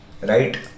Right